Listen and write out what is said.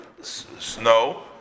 snow